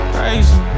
Crazy